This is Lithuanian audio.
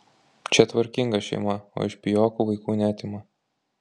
čia tvarkinga šeima o iš pijokų vaikų neatima